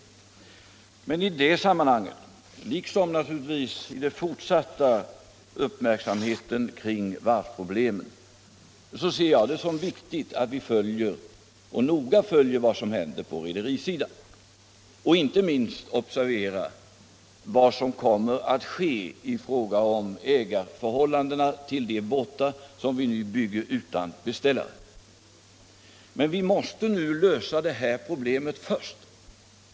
Men i det sammanhanget, liksom naturligtvis i den fortsatta uppmärksamheten kring varvsproblemen, ser jag det som viktigt att vi noga följer vad som händer på rederisidan och inte minst — observera det — vad som kommer att ske i fråga om ägarskapet till de båtar som vi nu bygger utan beställare. Men vi måste nu lösa det här problemet först.